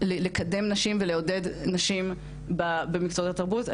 לקדם נשים ולעודד נשים במקצועות התרבות.